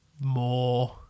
more